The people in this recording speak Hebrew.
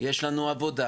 יש לנו עבודה,